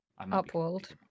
upworld